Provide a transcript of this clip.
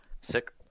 Sick